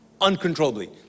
uncontrollably